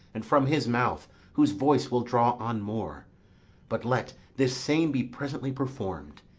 and from his mouth whose voice will draw on more but let this same be presently perform'd,